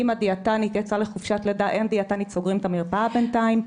אם הדיאטנית יצאה לחופשת לידה - אין דיאטנית וסוגרים את המרפאה בינתיים.